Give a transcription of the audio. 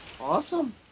Awesome